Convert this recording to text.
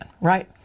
right